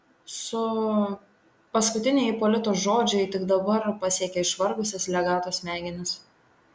su paskutiniai ipolito žodžiai tik dabar pasiekė išvargusias legato smegenis